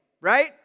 right